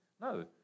no